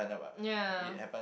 ya